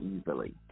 easily